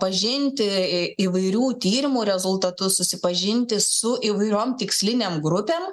pažinti į įvairių tyrimų rezultatus susipažinti su įvairiom tikslinėm grupėm